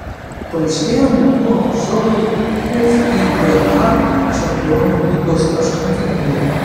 paaiškėjo neptūno varžovai fiba čempionų lygos aštuntfinalyje